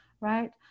right